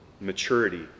Maturity